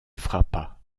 frappa